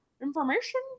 Information